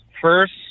First